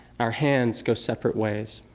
our hands go separate ways.